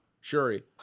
Shuri